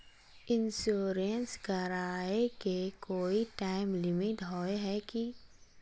Insurance कराए के कोई टाइम लिमिट होय है की?